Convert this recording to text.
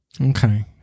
Okay